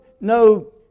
no